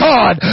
God